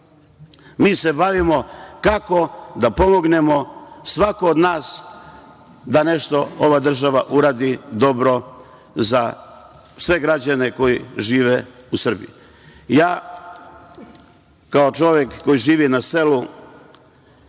Mi se bavimo kako da pomognemo, svako od nas, da nešto ova država uradi dobro za sve građane koji žive u Srbiji. Ja, kao čovek koji živi na selu